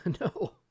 No